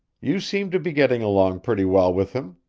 you seem to be getting along pretty well with him,